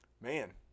Man